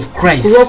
Christ